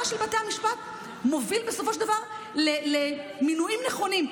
של בתי המשפט מובילים בסופו של דבר למינויים נכונים.